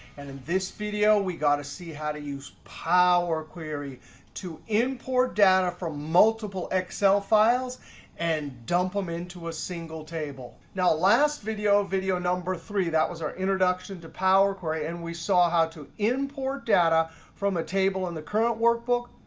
and in and this video, we've got to see how to use power query to import data from multiple excel files and dump them into a single table. now last video, video number three, that was our introduction to power query. and we saw how to import data from a table in the current workbook,